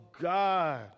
God